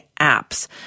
apps